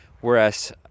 Whereas